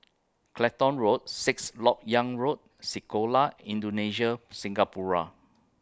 Clacton Road Sixth Lok Yang Road Sekolah Indonesia Singapura